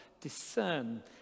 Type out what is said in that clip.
discern